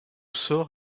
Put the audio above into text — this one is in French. sort